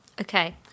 Okay